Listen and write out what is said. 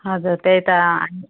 हजुर त्यही त